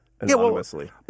anonymously